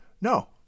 No